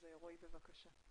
רועי, בבקשה.